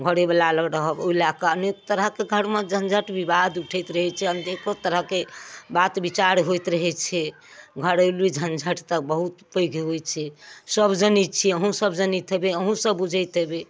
घरेवला लग रहब ओहि लएकऽ अनेक तरहके घरमे झञ्झट विवाद उठैत रहै छै अनेको तरहके बात बिचार होइत रहै छै घरेलू झञ्झट तऽ बहुत पैघ होइ छै सभ जनै छियै अहूॅं सभ जनैत हेबै अहूॅं सभ बुझैत हेबै